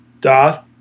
doth